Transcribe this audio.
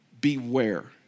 Beware